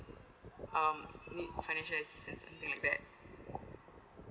um need financial assistance something like that